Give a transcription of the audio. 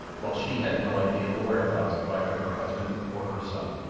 while she had no idea of the whereabouts of either her husband or her son.